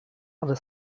ale